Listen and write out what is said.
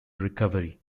recovery